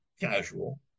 casual